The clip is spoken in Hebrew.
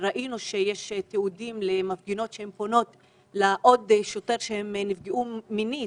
ראינו שיש תיעוד על מפגינות שפונות לשוטר נוסף ואומרות שהן נפגעו מינית